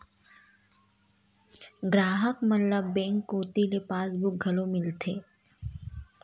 गराहक मन ल बेंक कोती ले पासबुक घलोक मिलथे